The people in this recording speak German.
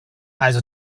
also